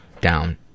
down